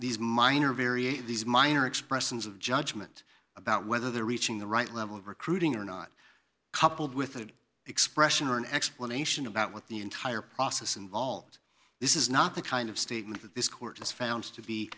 these minor variation these minor expressions of judgment about whether they're reaching the right level of recruiting or not coupled with an expression or an explanation about what the entire process involved this is not the kind of statement that this court has found to be